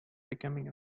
becoming